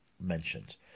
mentioned